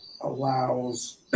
allows